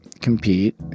compete